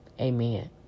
Amen